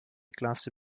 klasse